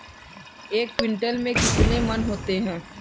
एक क्विंटल में कितने मन होते हैं?